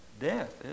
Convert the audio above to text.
Death